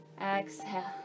Exhale